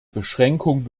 beschränkung